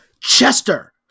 Chester